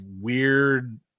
weird